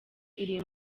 iri